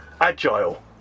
agile